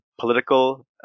political